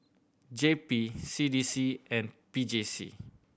J P C D C and P J C